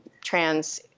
trans